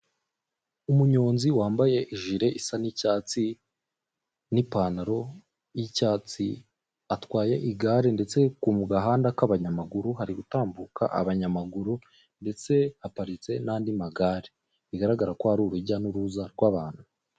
Umunyonzi wambaye ijire isa n'icyatsi n'ipantaro y'icyatsi, atwaye igare ndetse mu gahanda k'abanyamaguru hari gutambuka abanyamaguru ndetse haparitse n'andi magare, bigaragara ko ari urujya n'uruza rw'abantu.